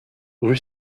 rue